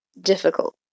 difficult